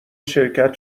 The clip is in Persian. شرکت